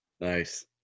Nice